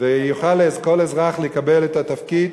ויוכל כל אזרח לקבל את התפקיד.